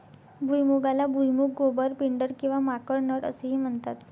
भुईमुगाला भुईमूग, गोबर, पिंडर किंवा माकड नट असेही म्हणतात